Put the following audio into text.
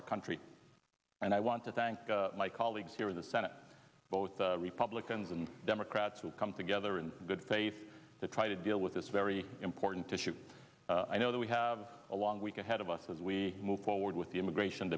our country and i want to thank my colleagues here in the senate both republicans and democrats who come together in good faith to try to deal with this very important issue i know that we have a long week ahead of us as we move forward with the immigration